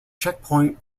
checkpoint